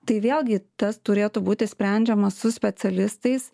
tai vėlgi tas turėtų būti sprendžiama su specialistais